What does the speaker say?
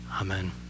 amen